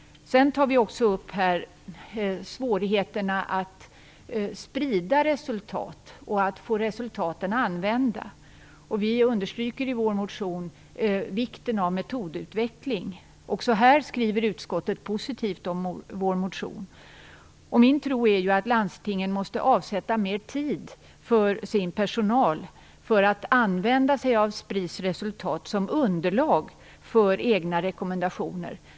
Vi tar också upp svårigheterna att sprida resultat och att få resultaten använda. Vi understryker i vår motion vikten av metodutveckling. Också här skriver utskottet positivt om vår motion. Min tro är att landstingen måste avsätta mer tid för sin personal, för att använda sig av Spris resultat som underlag för egna rekommendationer.